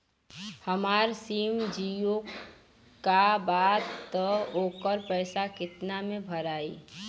हमार सिम जीओ का बा त ओकर पैसा कितना मे भराई?